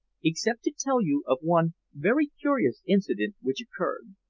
except to tell you of one very curious incident which occurred.